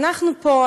אנחנו פה,